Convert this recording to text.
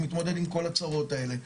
מתמודד עם כל הצרות האלה.